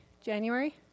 January